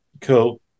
Cool